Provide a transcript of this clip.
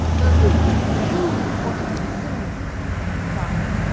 doesn't that prove what i say i cried,